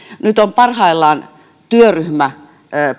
nyt on parhaillaan työryhmä